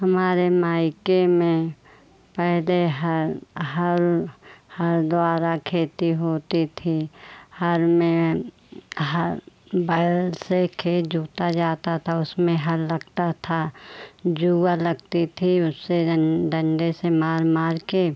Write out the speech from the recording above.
हमारे मायके में पहले हर हर हर द्वारा खेती होती थी हर में हर बैल से खेत जोता जाता था उसमें हल लगता था जुआ लगती थी उससे डंडे से मार मारकर